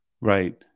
Right